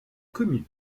commune